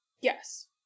yes